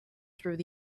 through